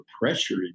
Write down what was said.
pressure